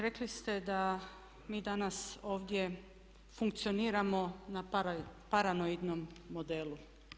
Rekli ste da mi danas ovdje funkcioniramo na paranoidnom modelu.